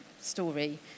story